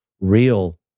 real